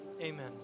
amen